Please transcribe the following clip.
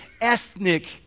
ethnic